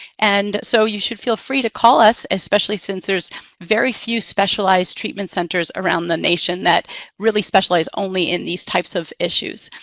and so you should feel free to call us, especially since there's very few specialized treatment centers around the nation that really specialize only in these types of issues.